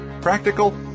Practical